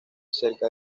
cerca